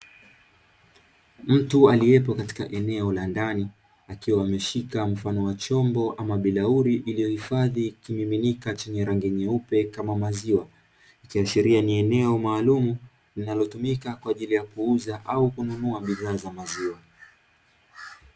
Mtu aliepo katika eneo la ndani, aikwa ameshika mfano wa chombo ama bilauri, kilichoifadhi kimiminika chenye rangi nyeupe kama maziwa ikiashiria ni eneo maalum linalotumika kwajili ya kuuza au kununua bidhaa za maziwa.